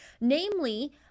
namely